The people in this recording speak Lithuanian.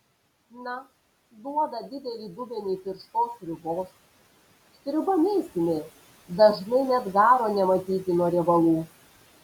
na duoda didelį dubenį tirštos sriubos sriuba mėsinė dažnai net garo nematyti nuo riebalų